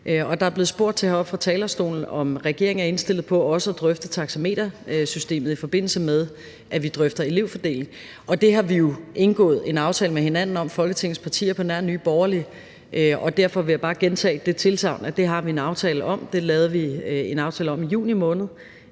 blevet spurgt til, om regeringen er indstillet på også at drøfte taxametersystemet, i forbindelse med at vi drøfter elevfordeling. Det har vi jo indgået en aftale med hinanden om – Folketingets partier, på nær Nye Borgerlige – og derfor vil jeg bare gentage det tilsagn. Det har vi en aftale om. Det lavede vi en aftale om i juni måned